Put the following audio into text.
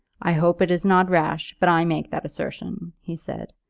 i hope it is not rash, but i make that assertion, he said.